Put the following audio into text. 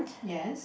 yes